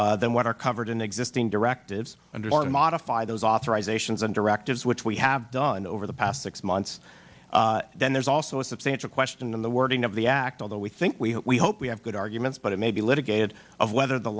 methods than what are covered in existing directives under or to modify those authorizations and directives which we have done over the past six months then there's also a substantial question in the wording of the act although we think we hope we have good arguments but it may be litigated of whether the